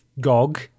Gog